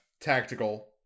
Tactical